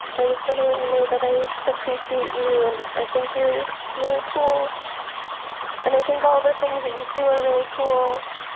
i just want to let you know that i appreciate you. and i think you're really cool and i think all the things that you do are really cool